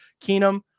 keenum